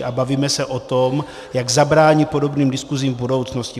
A bavíme se o tom, jak zabránit podobným diskusím v budoucnosti.